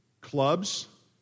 clubs